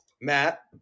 Matt